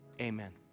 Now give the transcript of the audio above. Amen